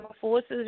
forces